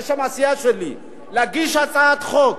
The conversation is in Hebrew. בשם הסיעה שלי, להגיש הצעת חוק